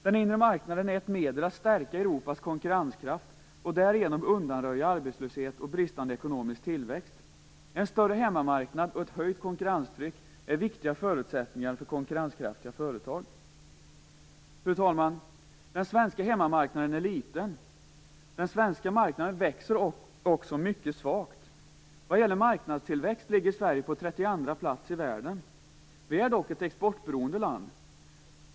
Den inre marknaden är ett medel att stärka Europas konkurrenskraft och därigenom undanröja arbetslöshet och bristande ekonomisk tillväxt. En större hemmamarknad och ett höjt konkurrenstryck är viktiga förutsättningar för konkurrenskraftiga företag. Fru talman! Den svenska hemmamarknaden är liten. Den svenska marknaden växer också mycket svagt. När det gäller marknadstillväxt ligger Sverige på 32:a plats i världen. Vi är dock ett exportberoende land.